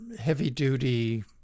heavy-duty